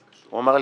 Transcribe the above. הוא אמר לי,